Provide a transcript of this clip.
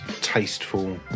tasteful